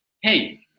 hey